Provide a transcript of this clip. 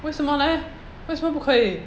为什么 leh 为什么不可以